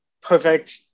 Perfect